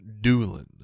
Doolin